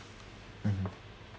mmhmm